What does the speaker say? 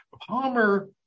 Palmer